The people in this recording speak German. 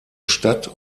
stadt